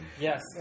Yes